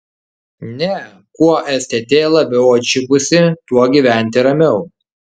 ne kuo stt labiau atšipusi tuo gyventi ramiau